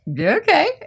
Okay